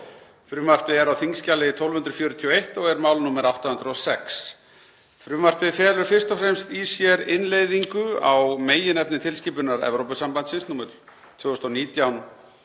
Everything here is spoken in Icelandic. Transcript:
Frumvarpið er á þskj. 1241 og er mál nr. 806. Frumvarpið felur fyrst og fremst í sér innleiðingu á meginefni tilskipunar Evrópusambandsins (ESB) nr.